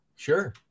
Sure